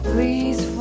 Please